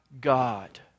God